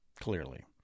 clearly